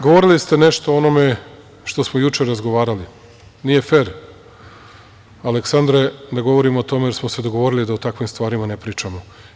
Govorili ste nešto o onome što smo juče razgovarali - nije fer, Aleksandre ne govorimo o tome, jer smo se dogovorili da o takvim stvarima ne pričamo.